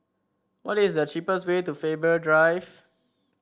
what is the cheapest way to Faber Drive